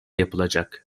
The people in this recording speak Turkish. yapılacak